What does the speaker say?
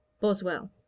Boswell